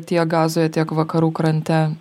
tiek gazoje tiek vakarų krante